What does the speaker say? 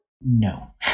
No